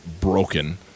broken